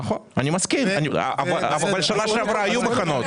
נכון, אני מסכים, אבל בשנה שעברה היו מחנות.